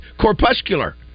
Corpuscular